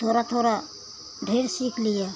थोड़ा थोड़ा ढेर सीख लिए